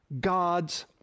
God's